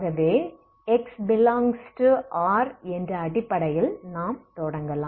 ஆகவே x∈R என்ற அடிப்படையில் நாம் தொடங்கலாம்